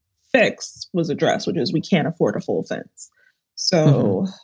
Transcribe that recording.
fix was addressed, what it is, we can't afford holton's so,